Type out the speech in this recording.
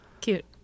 Cute